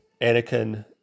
Anakin